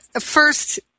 first